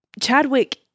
Chadwick